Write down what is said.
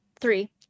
Three